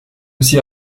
aussi